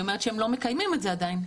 היא אומרת שהם לא מקיימים את זה עדיין,